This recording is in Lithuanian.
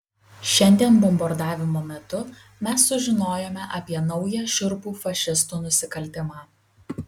šiandien bombardavimo metu mes sužinojome apie naują šiurpų fašistų nusikaltimą